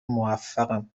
موفقن